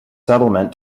settlement